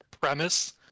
premise